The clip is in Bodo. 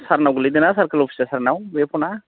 सारनाव गोग्लैदोंना सारकोल अफिसार सारनाव बे फना